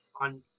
on